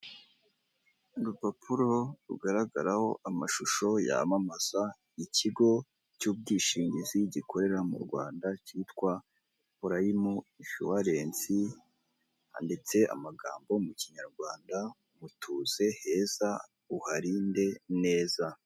Urupapuro rugaragaraho amashusho yamamaza ikigo cy'ubwishingizi gikorera mu Rwanda cyitwa puramu inshuwarensi (prime insurance) handitse amagambo mu kinyarwanda mutuze heza uharinde neza.